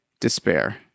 despair